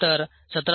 तर 17